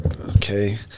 okay